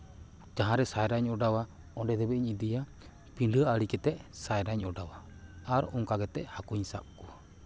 ᱡᱟᱦᱟᱸᱨᱮ ᱥᱟᱭᱨᱟᱧ ᱚᱰᱟᱣᱟ ᱚᱸᱰᱮ ᱫᱷᱟᱹᱵᱤᱡ ᱤᱧ ᱤᱫᱤᱭᱟ ᱯᱤᱸᱰᱟᱹ ᱟᱲᱮ ᱠᱟᱛᱮᱫ ᱥᱟᱭᱨᱟᱧ ᱚᱰᱟᱣᱟ ᱟᱨ ᱚᱱᱠᱟ ᱠᱟᱛᱮᱫ ᱦᱟᱹᱠᱩᱧ ᱥᱟᱵ ᱠᱚᱣᱟ